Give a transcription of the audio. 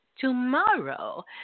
tomorrow